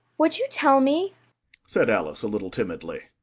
would you tell me said alice, a little timidly,